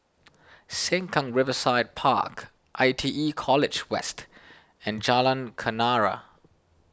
Sengkang Riverside Park I T E College West and Jalan Kenarah